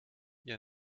ihr